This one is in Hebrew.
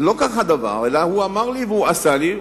לא כך הדבר, אלא הוא אמר לי והוא עשה לי.